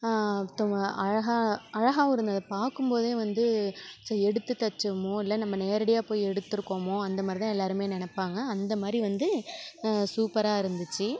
ஒருத்தங்க அழகாக அழகாகவும் இருந்தது அதை பார்க்கும் போதே வந்து எடுத்து தச்சோம்மோ இல்லை நம்ம நேரடியாக போய் எடுத்துருக்கோமோ அந்த மாரி தான் எல்லாருமே நினைப்பாங்க அந்த மாரி வந்து சூப்பராக இருந்துச்சு